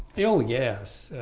oh, yes